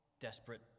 desperate